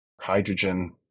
hydrogen